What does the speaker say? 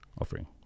offering